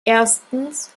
erstens